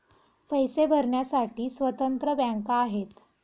पैसे भरण्यासाठी स्वतंत्र बँका आहेत